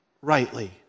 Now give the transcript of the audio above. rightly